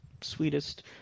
sweetest